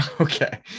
Okay